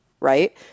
Right